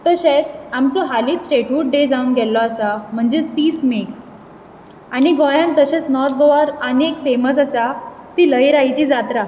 तशेंच आमचो हांलींच स्टेट्हुड डे जावन गेल्लो आसा म्हणजेच तीस मेक आनी गोंयान तशेंच नॉर्थ गोवाक आनीक फेमस आसा ता लयराईची जात्रा